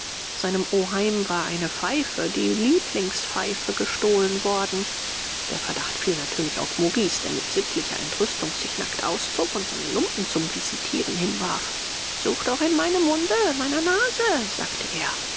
seinem oheim war eine pfeife die lieblingspfeife gestohlen worden der verdacht fiel natürlich auf maurice der mit sittlicher entrüstung sich nackt auszog und seine lumpen zum visitieren hinwarf sucht doch in meinem munde meiner nase sagte er